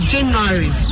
January